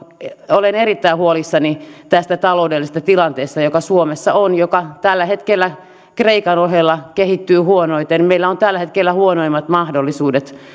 olen erittäin huolissani tästä taloudellisesta tilanteesta joka suomessa on joka tällä hetkellä kreikan ohella kehittyy huonoiten meillä on tällä hetkellä huonoimmat mahdollisuudet